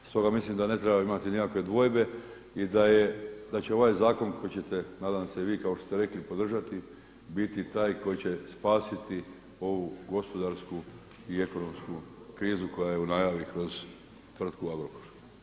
Stoga mislim da ne treba imati nikakve dvojbe i da će ovaj zakon koji ćete nadam se vi kao što ste rekli podržati biti taj koji će spasiti ovu gospodarsku i ekonomsku krizu koja je u najavi kroz tvrtku Agrokor.